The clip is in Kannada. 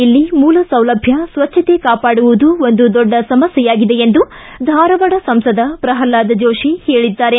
ಇಲ್ಲಿ ಮೂಲಸೌಲಭ್ಞ ಸ್ವಚ್ಛತೆ ಕಾಪಾಡುವುದು ಒಂದು ದೊಡ್ಡ ಸಮಸ್ಥೆಯಾಗಿದೆ ಎಂದು ಧಾರವಾಡ ಸಂಸದ ಪ್ರಹ್ಲಾದ್ ಜೋಶಿ ಹೇಳಿದ್ದಾರೆ